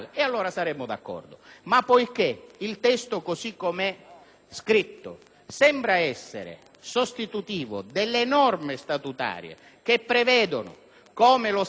scritto, sembra essere sostitutivo delle norme statutarie che prevedono come lo Stato intervenga anche nelle materie, di cui